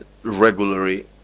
regularly